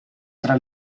tra